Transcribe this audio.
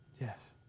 Yes